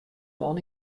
man